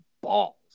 balls